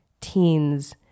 teens